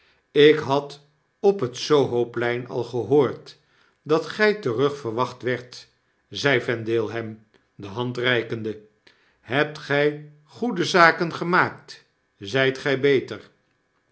ik had op het soho plein al gehoord dat gy terug verwacht werdt zeide vendale hem de hand reikende hebt gy goede zaken gemaakt zyt gij beter